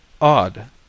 Odd